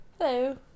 Hello